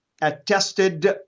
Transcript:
attested